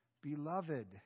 Beloved